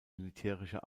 militärischer